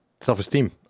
self-esteem